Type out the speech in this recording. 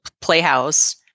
playhouse